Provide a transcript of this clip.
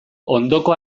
ondoko